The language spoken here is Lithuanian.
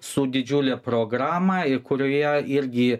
su didžiule programa ir kurioje irgi